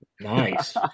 Nice